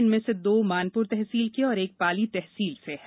इनमें से दो मानपुर तहसील के और एक पाली तहसील से है